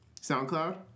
SoundCloud